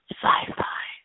sci-fi